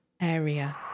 area